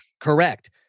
correct